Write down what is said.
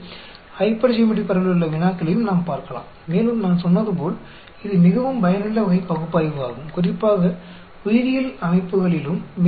எனவே ஹைப்பர்ஜியோமெட்ரிக் பரவலில் உள்ள வினாக்களையும் நாம் பார்க்கலாம் மேலும் நான் சொன்னது போல் இது மிகவும் பயனுள்ள வகை பகுப்பாய்வு ஆகும் குறிப்பாக உயிரியல் அமைப்புகளிலும்